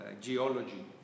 geology